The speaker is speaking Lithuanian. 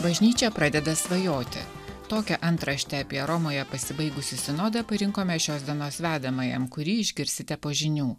bažnyčia pradeda svajoti tokią antraštę apie romoje pasibaigusį sinodą parinkome šios dienos vedamajam kurį išgirsite po žinių